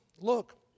look